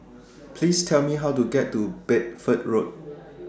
Please Tell Me How to get to Bedford Road